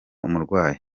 umurwayi